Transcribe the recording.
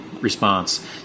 response